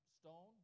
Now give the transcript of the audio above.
stone